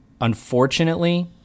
unfortunately